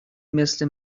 مثل